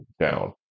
down